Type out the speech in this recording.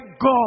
God